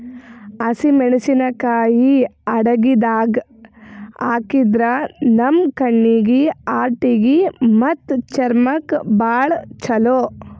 ಹಸಿಮೆಣಸಿಕಾಯಿ ಅಡಗಿದಾಗ್ ಹಾಕಿದ್ರ ನಮ್ ಕಣ್ಣೀಗಿ, ಹಾರ್ಟಿಗಿ ಮತ್ತ್ ಚರ್ಮಕ್ಕ್ ಭಾಳ್ ಛಲೋ